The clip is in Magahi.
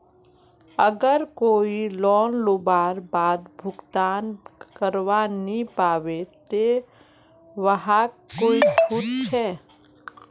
अगर कोई लोन लुबार बाद भुगतान करवा नी पाबे ते वहाक कोई छुट छे?